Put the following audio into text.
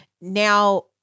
Now